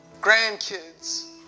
grandkids